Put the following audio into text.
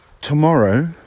Tomorrow